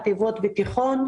חטיבות ותיכון.